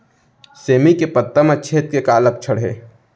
सेमी के पत्ता म छेद के का लक्षण हे?